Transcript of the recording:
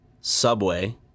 Subway